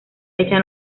fecha